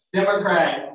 Democrat